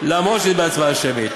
למרות העובדה שהיא בהצבעה שמית.